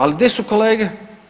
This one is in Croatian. Ali gdje su kolege?